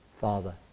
father